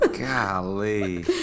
golly